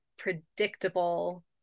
predictable